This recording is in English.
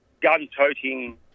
gun-toting